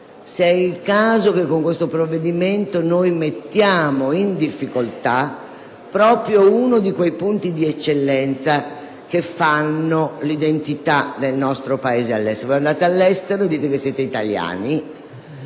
se sia il caso che con questo provvedimento mettiamo in difficoltà proprio uno di quei punti di eccellenza che fanno l'identità del nostro Paese all'estero.